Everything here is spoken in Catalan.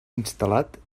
instal·lat